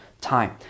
time